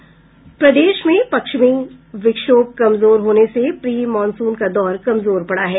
प्रदेश में पश्चिमी विक्षोभ कमजोर होने से प्री मानसून का दौर कमजोर पड़ा है